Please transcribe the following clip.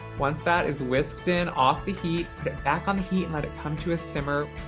once that is whisked in off the heat, put it back on the heat and let it come to a simmer.